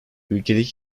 ülkedeki